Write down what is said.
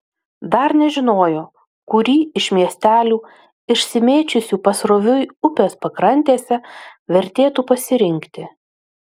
dar nežinojo kurį iš miestelių išsimėčiusių pasroviui upės pakrantėse vertėtų pasirinkti